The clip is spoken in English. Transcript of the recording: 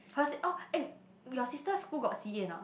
hers oh eh your sister school got C_A or not